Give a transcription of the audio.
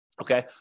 Okay